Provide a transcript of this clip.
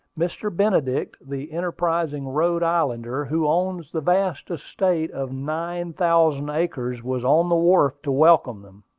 mr. benedict, the enterprising rhode islander who owns the vast estate of nine thousand acres, was on the wharf to welcome them.